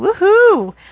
Woohoo